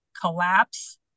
collapse